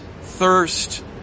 thirst